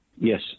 Yes